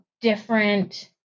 different